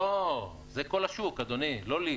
לא, זה כל השוק, אדוני, זה לא לי.